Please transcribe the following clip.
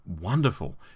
wonderful